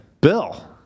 Bill